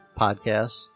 podcasts